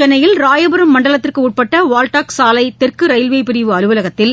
சென்னையில் ராயபுரம் மண்டலத்திற்குஉட்பட்டவால்டாக்ஸ் சாலைதெற்குரயில்வேபிரிவு அலுவலகத்தில்